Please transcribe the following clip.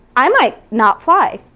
i might not fly.